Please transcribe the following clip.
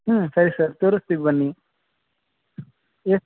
ಹ್ಞೂ ಸರಿ ಸರ್ ತೋರಿಸ್ತೀವಿ ಬನ್ನಿ ಎಷ್ಟು